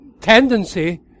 tendency